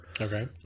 Okay